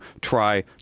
try